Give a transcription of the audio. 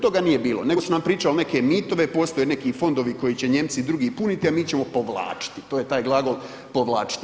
Toga nije bilo nego su nam pričali neke mitove, postoje neki fondovi koji će Nijemci i drugi puniti, a mi ćemo povlačiti, to je taj glagol povlačiti.